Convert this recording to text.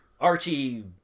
archie